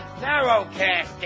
narrowcasting